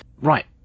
right